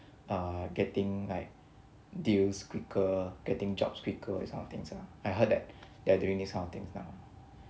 uh getting like deals quicker getting jobs quicker this kind of things ah I heard that they are during this kind of things now